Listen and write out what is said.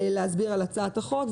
להסביר על הצעת החוק,